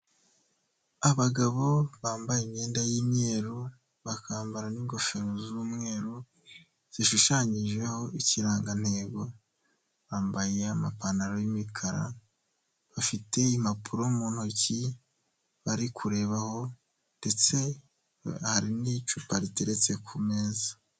Abagabo bambaye imyenda y'imyeru, bakambara n'ingofero z'umweru, zishushanyijeho ikirangantego, bambaye amapantaro y'imikara, bafite impapuro mu ntoki bari kurebaho ndetse hari n'icupa riteretse ku meza.